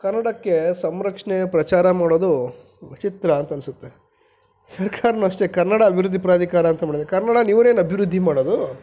ಕನ್ನಡಕ್ಕೆ ಸಂರಕ್ಷಣೆ ಪ್ರಚಾರ ಮಾಡೋದು ವಿಚಿತ್ರ ಅಂತನ್ನಿಸುತ್ತೆ ಸರಕಾರವೂ ಅಷ್ಟೇ ಕನ್ನಡ ಅಭಿವೃದ್ದಿ ಪ್ರಾಧಿಕಾರ ಅಂತ ಮಾಡಿದೆ ಕನ್ನಡನ ಇವರೇನು ಅಭಿವೃದ್ಧಿ ಮಾಡೋದು